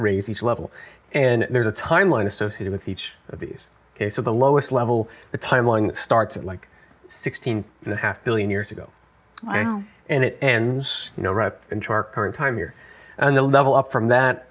raise each level and there's a timeline associated with each of these cases the lowest level the timeline starts at like sixteen and a half billion years ago and it ends you know right into our current time here and the level up from that